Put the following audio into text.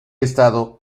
estado